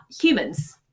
humans